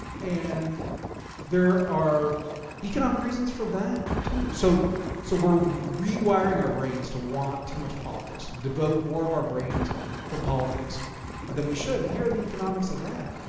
and there are economic reasons for that too. so so we're rewiring our brains to want too much politics, devote more of our brains to politics than we should. and here are the economics of that,